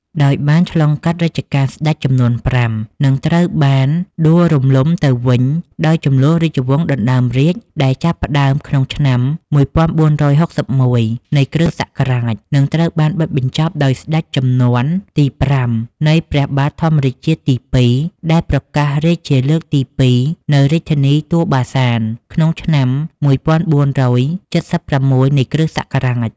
ដោយបានឆ្លងកាត់រជ្ជកាលស្ដេច ចំនួន៥ និងត្រូវបានដួលរំលំទៅវិញ ដោយជម្លោះរាជវង្សដណ្ដើមរាជដែលចាប់ផ្ដើមក្នុងឆ្នាំ ១៤៦១ នៃគ.សករាជ និងត្រូវបានបិទបញ្ចប់ដោយស្ដេចជំនាន់ទី៥ នៃ ព្រះបាទធម្មរាជាទី២ ដែលប្រកាសរាជជាលើកទី២ នៅរាជធានីទួលបាសាន ក្នុងឆ្នាំ ១៤៧៦ នៃគ.សករាជ ។